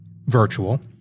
virtual